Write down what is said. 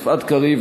יפעת קריב,